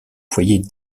foyer